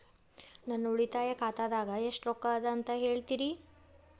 ನನ್ನ ಉಳಿತಾಯ ಖಾತಾದಾಗ ಎಷ್ಟ ರೊಕ್ಕ ಅದ ಅಂತ ಹೇಳ್ತೇರಿ?